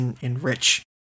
enrich